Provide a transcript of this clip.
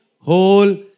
whole